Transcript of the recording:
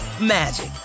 magic